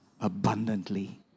abundantly